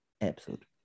episode